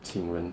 请人